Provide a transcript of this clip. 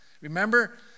Remember